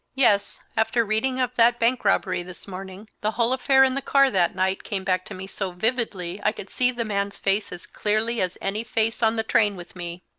yes after reading of that bank robbery this morning, the whole affair in the car that night came back to me so vividly i could see the man's face as clearly as any face on the train with me.